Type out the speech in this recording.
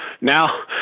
Now